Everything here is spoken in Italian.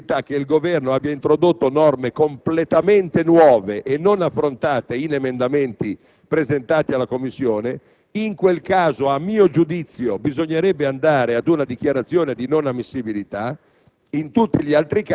lo leggeremo - che il Governo abbia introdotto norme completamente nuove e non affrontate in emendamenti presentati in Commissione bilancio. In quel caso, a mio giudizio, bisognerebbe andare a una dichiarazione di non ammissibilità;